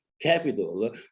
Capital